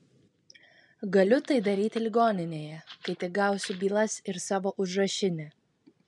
galiu tai daryti ligoninėje kai tik gausiu bylas ir savo užrašinę